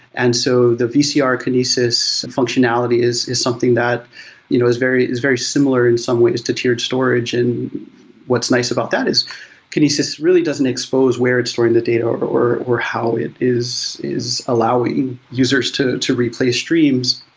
and so the vcr kinesis functionality is is something that you know is very is very similar in some ways to tiered storage. and what's nice about that is kinesis really doesn't expose where it's storing the data, or or how it is is allowing users to to replace streams.